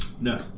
No